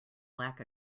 lack